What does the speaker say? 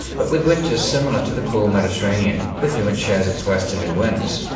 but with winters similar to the cool mediterranean, with whom it shares its westerly winds.